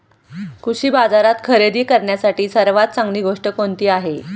कृषी बाजारात खरेदी करण्यासाठी सर्वात चांगली गोष्ट कोणती आहे?